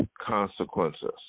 consequences